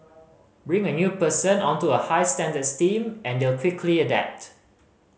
bring a new person onto a high standards team and they'll quickly adapt